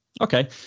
Okay